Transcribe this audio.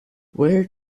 where